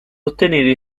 ottenere